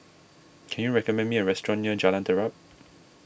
can you recommend me a restaurant near Jalan Terap